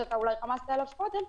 שאולי רמזת עליו קודם,